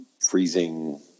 freezing